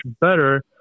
better